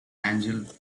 angel